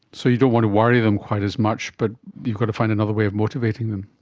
so you don't want to worry them quite as much, but you've got to find another way of motivating them.